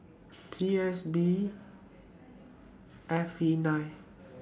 P S B F V nine